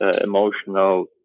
emotional